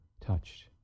touched